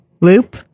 loop